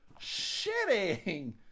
shitting